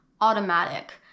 Automatic